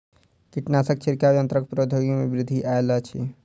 कीटनाशक छिड़काव यन्त्रक प्रौद्योगिकी में वृद्धि आयल अछि